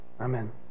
Amen